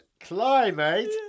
climate